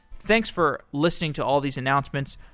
thanks for listening to all these announcements.